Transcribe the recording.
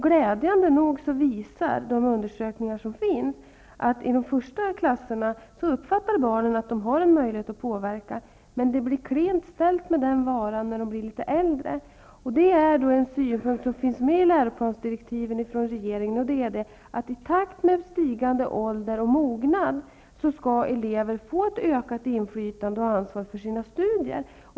Glädjande nog visar de undersökningar som har gjorts att barn i de första klasserna uppfattar att de har möjlighet att påverka, men det blir klent ställt med det när de blir litet äldre. Det är en synpunkt som finns med i läroplansdirektiven från regeringen, nämligen att elever i takt med stigande ålder och mognad skall få ett ökat inflytande och ansvar för sina studier.